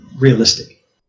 realistic